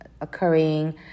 occurring